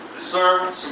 sir